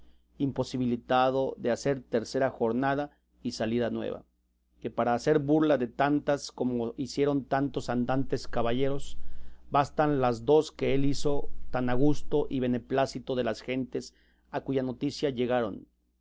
imposibilitado de hacer tercera jornada y salida nueva que para hacer burla de tantas como hicieron tantos andantes caballeros bastan las dos que él hizo tan a gusto y beneplácito de las gentes a cuya noticia llegaron